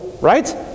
right